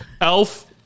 Elf